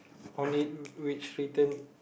only reach return